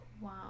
Wow